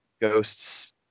ghosts